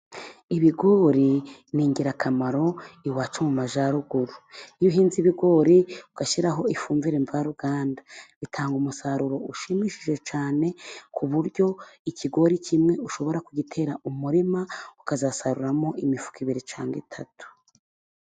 Ibigori ni ingirakamaro iwacu mu majyaruguru, iyo uhinze ibigori, ugashyiraho ifumbire mvaruganda, bitanga umusaruro ushimishije cyane, ku buryo ikigori kimwe ushobora kugitera umurima, ukazasaruramo imifuka ibiri cyangwa itatu.